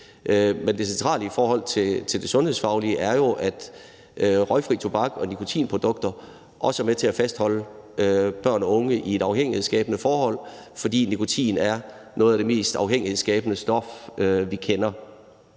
Men det centrale i forhold til det sundhedsfaglige er jo, at røgfri tobak og nikotinprodukter også er med til at fastholde børn og unge i et afhængighedsskabende forhold, fordi nikotin er et af de mest afhængighedsskabende stoffer, vi kender,